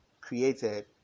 created